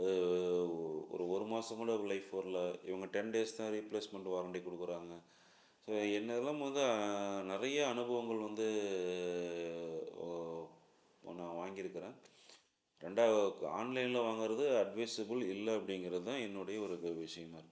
ஒ ஒரு ஒரு மாதம் கூட ஒரு லைஃப் வரல இவங்க டென் டேஸ் தான் ரீப்லேஸ்மெண்ட் வாரண்டி கொடுக்குறாங்க ஸோ என்னதுலாம் மொதல் நிறையா அனுபவங்கள் வந்து இப்போ நான் வாங்கி இருக்கிறேன் ரெண்டாவருக்கு ஆன்லைனில் வாங்குறது அட்வைஸபுள் இல்லை அப்டிங்கிறது தான் என்னுடைய ஒரு க விஷயமா இருக்குது